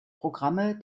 programme